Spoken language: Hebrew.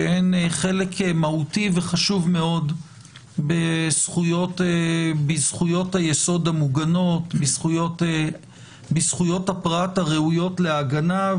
שהן חלק מהותי וחשוב מאוד בזכויות היסוד של הפרט הראויות להגנה,